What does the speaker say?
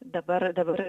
dabar dabar